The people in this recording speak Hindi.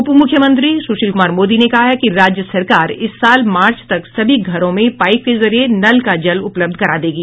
उपमुख्यमंत्री सुशील कुमार मोदी ने कहा है कि राज्य सरकार इस साल मार्च तक सभी घरों में पाईप के जरिए नल का जल उपलब्ध करा देगी